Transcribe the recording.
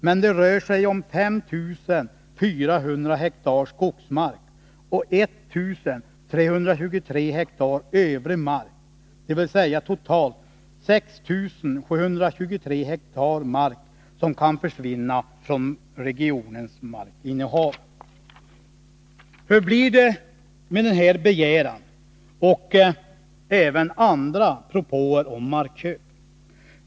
Men det rör sig om 5 400 ha skogsmark och 1323 ha övrig mark dvs. totalt 6 723 hektar mark som kan försvinna från regionens markinnehav.” Hur blir det med denna begäran och med andra propåer om markköp?